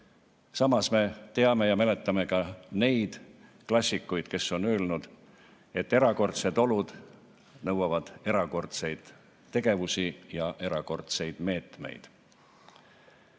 Samas me teame ja mäletame ka neid klassikuid, kes on öelnud, et erakordsed olud nõuavad erakordseid tegevusi ja erakordseid meetmeid.